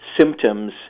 symptoms